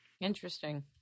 Interesting